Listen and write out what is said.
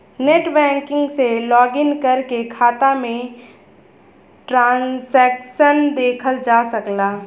net banking से login करके खाता में ट्रांसैक्शन देखल जा सकला